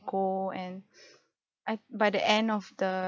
go and I by the end of the